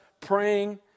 praying